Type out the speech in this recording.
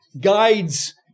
guides